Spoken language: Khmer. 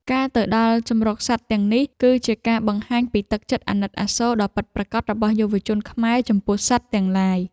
ការទៅដល់ជម្រកសត្វទាំងនេះ គឺជាការបង្ហាញពីទឹកចិត្តអាណិតអាសូរដ៏ពិតប្រាកដរបស់យុវជនខ្មែរចំពោះជីវិតសត្វទាំងឡាយ។